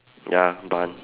ya bun